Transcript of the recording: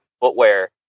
footwear